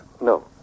No